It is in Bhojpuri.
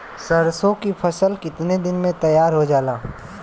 सरसों की फसल कितने दिन में तैयार हो जाला?